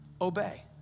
Obey